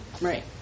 Right